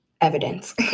evidence